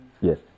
yes